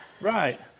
Right